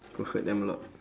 will hurt them a lot